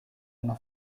una